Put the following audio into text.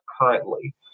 currently